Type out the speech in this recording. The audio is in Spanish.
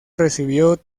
recibió